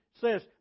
says